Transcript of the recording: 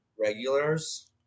regulars